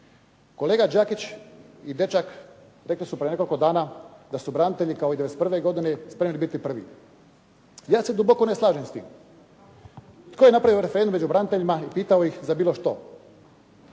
Kolega Đakić i Dečak rekli su prije nekoliko dana da su branitelji kao i '91. godine spremni biti prvi. Ja se duboko ne slažem s tim. Tko je napravio referendum među braniteljima i pitao iz za bilo što?